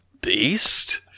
Beast